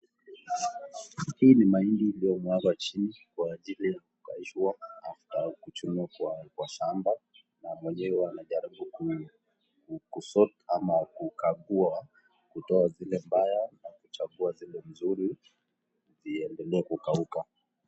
Hii ni mahindi iliyomwagwa chini kwa ajili ya kukaushwa after kuchunwa kwa shamba na mwenyewe anajaribu ku sort ama kukagua kutoa zile na mbaya na kuchagua zile nzuri ziendelee kukauka.